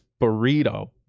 burrito